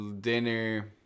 dinner